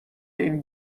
این